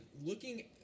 looking